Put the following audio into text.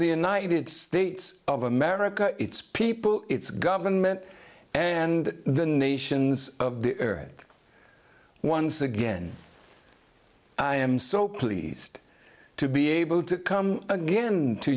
the united states of america its people its government and the nations of the earth once again i am so pleased to be able to come again to